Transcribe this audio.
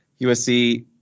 USC